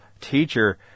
teacher